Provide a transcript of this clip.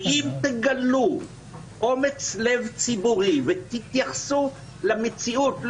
ואם תגלו אומץ לב ציבורי ותתייחסו למציאות,